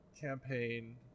campaign